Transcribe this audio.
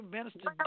Minister